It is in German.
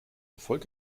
erfolg